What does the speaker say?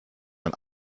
ein